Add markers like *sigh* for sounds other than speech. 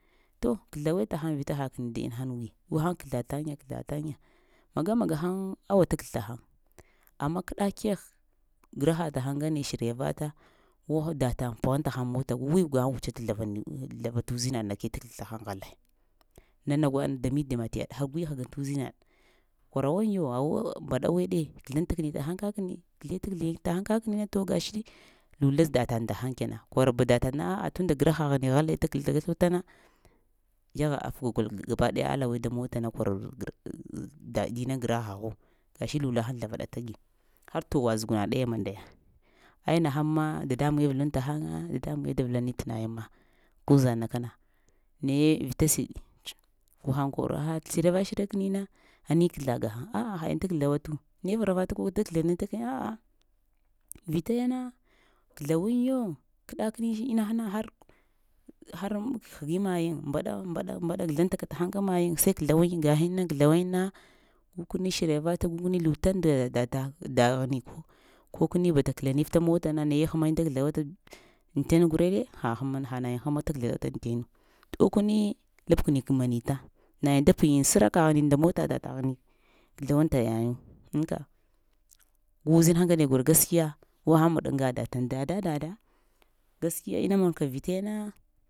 To kəzlaweɗ tə haŋ vita hakəni da mahanu gi guhəŋ kəzl, kəzlataye-kəzlataye maga magahaŋ awa ta kəzl təhan, amma kəɗa kegh graha tan ngne shiryavata guh-da-taŋ pəghaŋ təghaŋ aŋ mota wiw gaheŋ wutsata zləvani-zləva tə uzinaɗ na ke tə kəzl tahaŋ ghalaya. Nana gwaɗna dami-dama tiyaɗ ha gui həgan tə uzinaɗa korawaŋyo baw-bəɗaweɗe kəzlaŋ təkəni tahaŋ kəkni kəzle tə kəzliyin tahəŋ kakəni na to gashi lula dataŋ ndahəŋ kena koraɓ dataŋ na ɗa tunda grahaghni halaya tə kəzla kzluta na yagha afgwal gabaɗaya ala weɗ dan motana kar gra *hesitation* ina grahaghu gashi lula həŋ mandaya aya nahəŋma dadambuŋe tə yayiŋ ma. Uzaŋna lkana naye vita siɗi ts, guhəŋ koro ah shiryava shirya kəni na ani kəzla gahəŋ, a'a hayiŋ tə kəzlawatu ne faravata ko tə kəzlanin takəni a'a vitayana kəzlawaŋyo kəɗakəni inaha har-har həgiŋ mayiŋ mbaɗa mbaɗa mbaɗa kaʒlaŋtaka təhən ka mayin sai kəzlawaŋ yiŋ na kəzlawayiŋna gu kəni shiryavata gu koni luta nda dataŋ daghni kokəni bata kəlanifta aŋ motana naye həmayiŋ da kəzlawata ay ten gulene ha həma ha nayin həma tə kəzlata ay tenu ɗow kəni labkəni gəamanita, nayin da piyin an səra kaghini nda mota data ghmi ƙzlawanta yayiywu anka gu uzinha ŋgane kor gaskiya guhəŋ məɗ anga dataŋ dada-dada gaskiya ina monka vitayana.